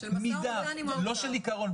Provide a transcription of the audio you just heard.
לא של עיקרון.